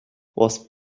was